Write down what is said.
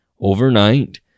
overnight